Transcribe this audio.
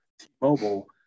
T-Mobile